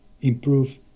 improve